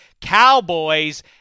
Cowboys